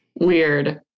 Weird